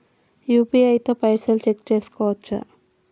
UPI తో పైసల్ check చేసుకోవచ్చా?